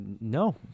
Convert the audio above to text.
no